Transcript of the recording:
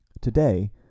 Today